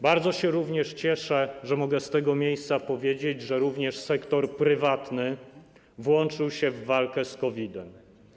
Bardzo się cieszę, że mogę z tego miejsca powiedzieć, że również sektor prywatny włączył się w walkę z COVID-em.